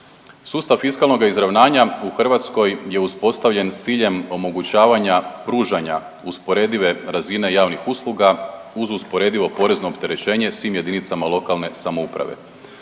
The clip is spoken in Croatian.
Sustav fiskalnoga izravnanja u Hrvatskoj je uspostavljen s ciljem omogućavanja pružanja usporedive razine javnih usluga uz usporedivo porezno opterećenje svim jedinicama lokalne samouprave.